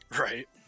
right